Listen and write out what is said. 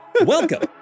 welcome